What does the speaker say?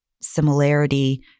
similarity